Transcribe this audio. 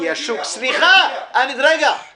ובסופו של דבר כל המטרה של --- ודואופול